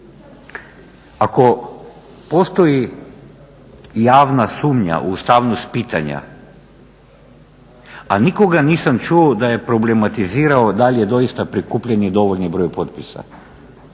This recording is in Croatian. Ako postoji javna sumnja u ustavnost pitanja, a nikoga nisam čuo da je problematizirao da li je doista prikupljen dovoljni broj potpisa,